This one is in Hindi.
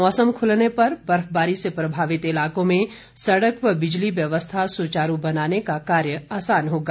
मौसम खुलने पर बर्फबारी से प्रभावित इलाकों में सड़क व बिजली व्यवस्था सुचारू बनाने का कार्य आसान होगा